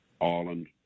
Ireland